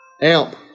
AMP